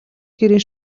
гэрийн